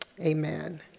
amen